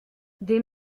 des